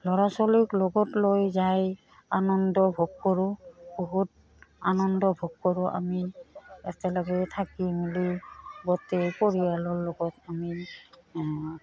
ল'ৰা ছোৱালীক লগত লৈ যাই আনন্দ ভোগ কৰোঁ বহুত আনন্দ ভোগ কৰোঁ আমি একেলগে থাকি মেলি গোটেই পৰিয়ালৰ লগত আমি